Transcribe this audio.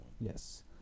Yes